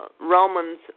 Romans